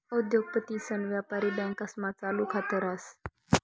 उद्योगपतीसन व्यापारी बँकास्मा चालू खात रास